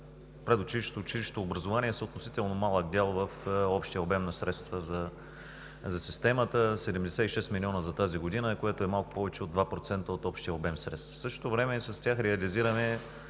и училищното образование са относително малък дял от общия обем на средства за системата – 76 млн. лв. за тази година, което е малко повече от 2% от общия обем средства. В същото време с тях реализираме